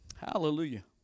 Hallelujah